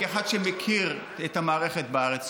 כאחד שמכיר את המערכת בארץ,